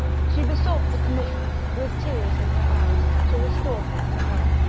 she besought the commissioners, with tears in her eyes, to restore him to her.